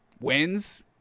Wins